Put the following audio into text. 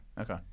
Okay